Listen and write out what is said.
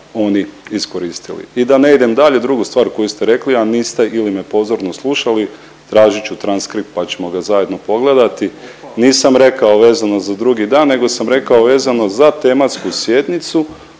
oni iskoristili. I da ne idem dalje, drugu stvar koju ste rekli, a niste ili me pozorno slušali tražit ću transkript pa ćemo ga zajedno pogledati. Nisam rekao vezano za drugi dan nego sam rekao vezano za tematsku sjednicu